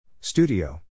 Studio